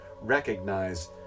recognize